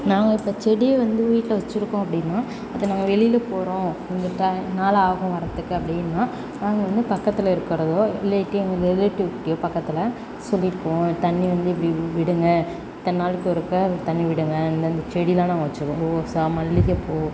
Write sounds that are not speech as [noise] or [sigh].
நாங்கள் இப்போ செடியை வந்து வீட்டில் வச்சுருக்கோம் அப்படின்னா [unintelligible] நாங்கள் வெளியில் போகிறோம் கொஞ்சம் டை நாள் ஆகும் வர்றத்துக்கு அப்படின்னா நாங்கள் வந்து பக்கத்தில் இருக்கிறதோ இல்லாட்டி எங்கள் ரிலேட்டிவ் [unintelligible] பக்கத்தில் சொல்லிவிட்டு போவோம் தண்ணி வந்து இப்படி விடுங்க இத்தனை நாளுக்கு ஒருக்க தண்ணி விடுங்க இந்தந்த செடியெல்லாம் நாங்கள் வச்சுருக்கோம் ரோசா மல்லிகைப்பூ